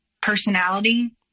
personality